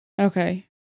Okay